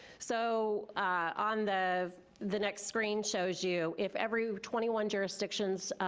so on the the next screen shows you, if every twenty one jurisdictions